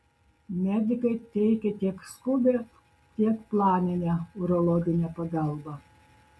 medikai teikia tiek skubią tiek planinę urologinę pagalbą